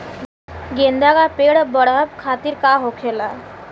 गेंदा का पेड़ बढ़अब खातिर का होखेला?